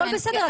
הכל בסדר,